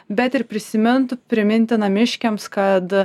bet ir prisimintų priminti namiškiams kad